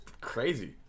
crazy